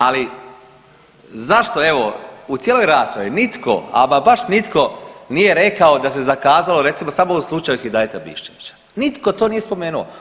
Ali zašto evo u cijeloj raspravi nitko, ama baš nitko nije rekao da se zakazalo recimo samo u slučaju Hidajeta Biščevića, nitko to nije spomenuo.